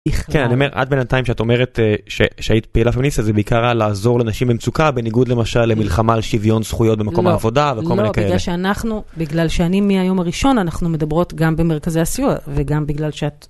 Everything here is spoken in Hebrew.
כן, אני אומר, את בינתיים שאת אומרת שהיית פעילה פמיניסטית זה בעיקר היה לעזור לנשים במצוקה, בניגוד למשל למלחמה על שוויון זכויות במקום העבודה וכל מיני כאלה. לא, לא, בגלל שאנחנו, בגלל שאני מהיום הראשון, אנחנו מדברות גם במרכזי הסיוע וגם בגלל שאת...